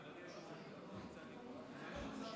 אדוני היושב-ראש, כנסת נכבדה,